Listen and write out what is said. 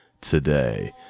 today